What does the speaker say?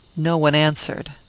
no one answered.